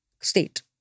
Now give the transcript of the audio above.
state